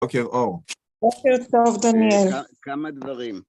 אוקיי, אור. אוקיי, עכשיו דניאל. כמה דברים.